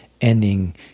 ending